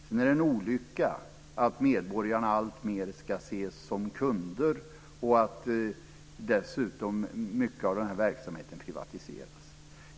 Sedan är det en olycka att medborgarna alltmer ska ses som kunder och att mycket av den här verksamheten privatiseras.